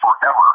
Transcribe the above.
forever